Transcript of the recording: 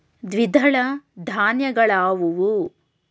ದ್ವಿದಳ ಧಾನ್ಯಗಳಾವುವು?